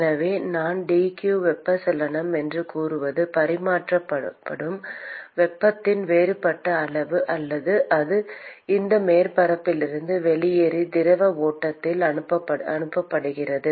எனவே நான் dq வெப்பச்சலனம் என்று கூறுவது பரிமாற்றப்படும் வெப்பத்தின் வேறுபட்ட அளவு அல்லது அது இந்த மேற்பரப்பிலிருந்து வெளியேறி திரவ ஓட்டத்தில் அனுப்பப்படுகிறது